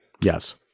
Yes